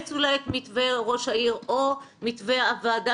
לאמץ אולי את מתווה ראש העיר או מתווה הוועדה